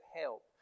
help